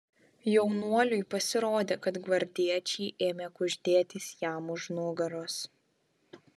jaunuoliui pasirodė kad gvardiečiai ėmė kuždėtis jam už nugaros